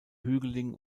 hügeligen